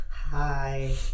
hi